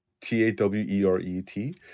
T-A-W-E-R-E-T